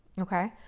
ok?